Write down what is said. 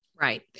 Right